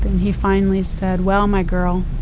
he fina lly said, well, my girl,